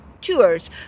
tours